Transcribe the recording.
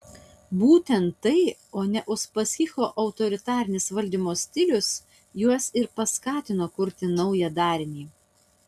būtent tai o ne uspaskicho autoritarinis valdymo stilius juos ir paskatino kurti naują darinį